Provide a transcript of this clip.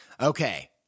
Okay